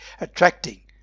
attracting